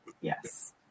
Yes